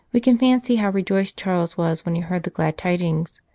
we can fancy how rejoiced charles was when he heard the glad tidings.